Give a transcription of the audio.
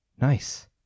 Nice